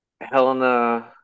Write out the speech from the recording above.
Helena